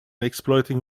exploiting